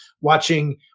watching